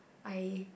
I